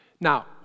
Now